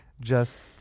Just-